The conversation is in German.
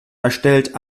erstellt